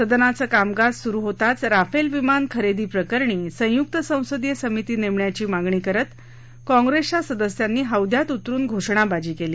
सदनाचं कामकाज सुरु होताच राफेल विमान खरेदी प्रकरणी संयुक्त संसदीय समिती नेमण्याची मागणी करत काँप्रेसच्या सदस्यांनी हौद्यात उतरुन घोषणाबाजी केली